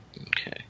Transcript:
Okay